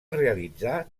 realitzà